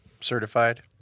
certified